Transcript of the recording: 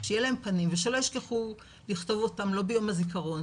שיהיה להם פנים ושלא ישכחו לכתוב אותם לא ביום הזיכרון,